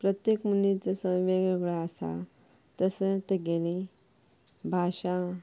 प्रत्येक मनीस जसो वेगवेगळो आसा तशी ताची भाशा